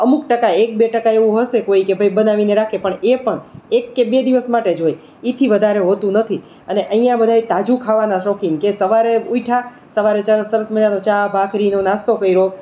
અમુક ટકા એક બે ટકા એવું હશે કે કોઈ કે ભાઈ બનાવીને રાખે પણ એ પણ એક કે બે દિવસ માટે જ હોય એથી વધારે હોતું નથી અને અહીંયા બધાય તાજું ખાવાના શોખીન કે સવારે ઉઠ્યા સવારે સરસ મજાનો ચા ભાખરીનો નાસ્તો કર્યો